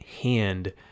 hand